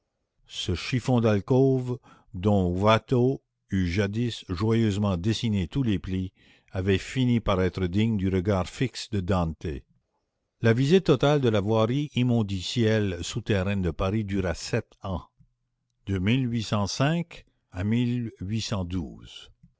ce chiffon d'alcôve dont watteau eût jadis joyeusement dessiné tous les plis avait fini par être digne du regard fixe de dante la visite totale de la voirie immonditielle souterraine de paris dura sept ans de à